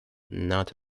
not